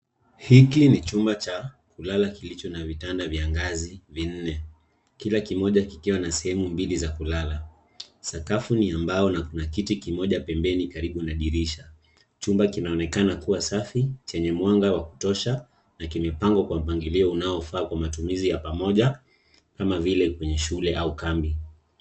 Hiki ni chumba cha kulala kilicho na vitanda vya ngazi vinne. Kila kimoja kikiwa na sehemu mbili za kulala. Sakafu ni ya mbao na kuna kiti kimoja pembeni karibu na dirisha. Chumba kinaonekana kuwa safi, chenye mwanga wa kutosha na kimepangwa kwa mpangilio unaofaa kwa matumizi ya kamoja kama vile kwenye shule au kambi.